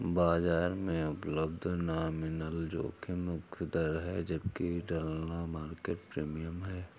बाजार में उपलब्ध नॉमिनल जोखिम मुक्त दर है जबकि ढलान मार्केट प्रीमियम है